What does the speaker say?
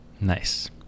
Nice